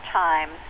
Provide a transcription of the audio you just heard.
time